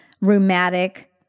rheumatic